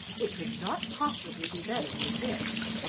it could not possibly be better than this!